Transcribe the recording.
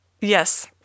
Yes